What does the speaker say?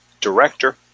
Director